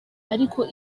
ariko